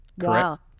correct